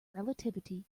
relativity